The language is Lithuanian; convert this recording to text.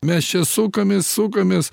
mes čia sukamės sukamės